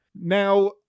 Now